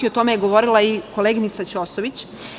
O tome je govorila i koleginica Ćosović.